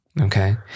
okay